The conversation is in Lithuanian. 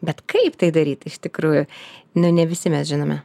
bet kaip tai daryt iš tikrųjų ne ne visi mes žinome